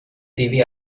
devez